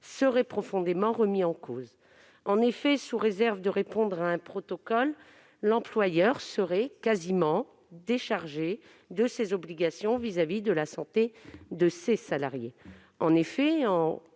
serait profondément remis en cause. En effet, sous réserve qu'il réponde à un protocole, l'employeur sera quasiment déchargé de ses obligations à l'égard de la santé de ses salariés,